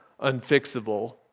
unfixable